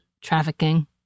trafficking